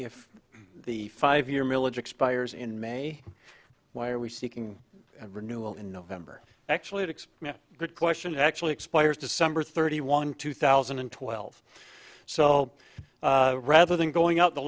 if the five year milledge expires in may why are we seeking renewal in november actually to good question actually expires december thirty one two thousand and twelve so rather than going out the